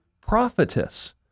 prophetess